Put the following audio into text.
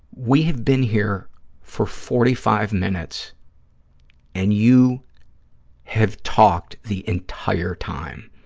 we have been here for forty five minutes and you have talked the entire time.